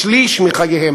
שליש מחייהם.